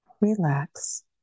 relax